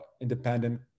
independent